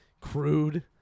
crude